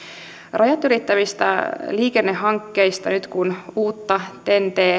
rajat ylittävistä liikennehankkeista nyt kun uutta ten t